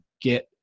get